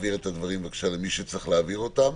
להעביר את הדברים בבקשה למי שצריך להעביר אותם.